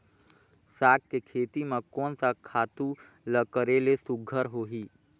साग के खेती म कोन स खातु ल करेले सुघ्घर होही?